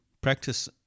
practice